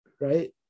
Right